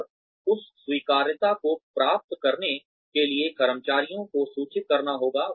और उस स्वीकार्यता को प्राप्त करने के लिए कर्मचारियों को सूचित करना होगा